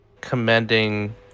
commending